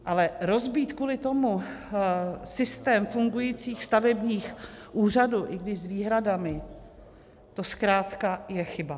Ale rozbít kvůli tomu systém fungujících stavebních úřadů, i když s výhradami, to je zkrátka chyba.